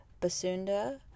Basunda